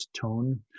tone